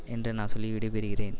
என்று நான் சொல்லி விடைப்பெறுகிறேன்